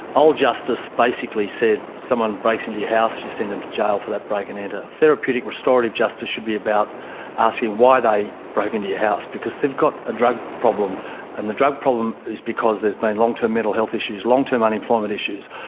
old justice basically said someone breaks into your house, you send them to jail for that break and enter. therapeutic restorative justice should be about asking why they broke into your house, because they've got a drug problem and the drug problem is because there has been long term mental health issues, long-term unemployment issues,